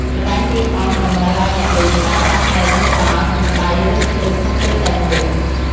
ល្បែងទាញអុសតម្រូវឲ្យអ្នកលេងប្រើប្រាស់ភ្នែកមើលបាល់ និងដៃរើសឈើក្នុងពេលតែមួយ។